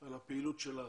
על הפעילות שלה